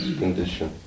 condition